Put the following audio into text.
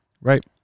right